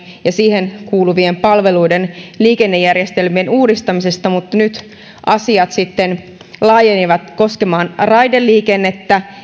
ja siihen kuuluvien palveluiden ja liikennejärjestelmien uudistamisesta mutta nyt asiat sitten laajenivat koskemaan raideliikennettä